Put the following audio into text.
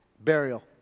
burial